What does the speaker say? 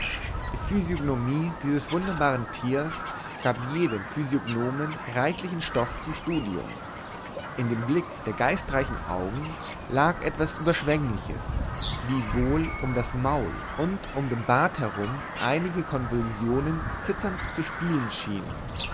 die physiognomie dieses wunderbaren tiers gab jedem physiognomen reichlichen stoff zum studium in dem blick der geistreichen augen lag etwas überschwengliches wiewohl um das maul und um den bart herum einige konvulsionen zitternd zu spielen schienen